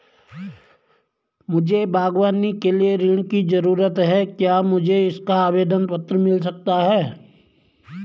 मुझे बागवानी के लिए ऋण की ज़रूरत है क्या मुझे इसका आवेदन पत्र मिल सकता है?